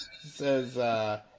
says